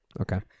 Okay